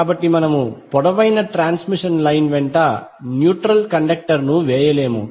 కాబట్టి మనము పొడవైన ట్రాన్స్మిషన్ లైన్ వెంట న్యూట్రల్ కండక్టర్ ను వేయము